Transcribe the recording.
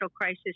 crisis